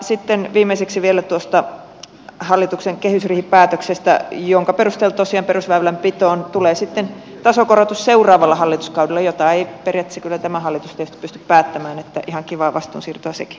sitten viimeiseksi vielä tuosta hallituksen kehysriihipäätöksestä jonka perusteella tosiaan perusväylänpitoon tulee sitten tasokorotus seuraavalla hallituskaudella jota ei periaatteessa kyllä tämä hallitus tietysti pysty päättämään että ihan kivaa vastuunsiirtoa sekin